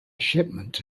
shipment